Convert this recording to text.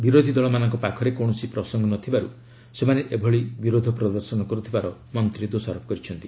ବିରୋଧୀଦଳ ମାନଙ୍କ ପାଖରେ କୌଣସି ପ୍ରସଙ୍ଗ ନଥିବାରୁ ସେମାନେ ଏଭଳି ବିରୋଧ ପ୍ରଦର୍ଶନ କରୁଥିବାର ମନ୍ତ୍ରୀ ଦୋଷାରୋପ କରିଛନ୍ତି